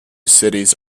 cities